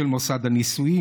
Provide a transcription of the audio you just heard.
מוסד הנישואים,